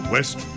West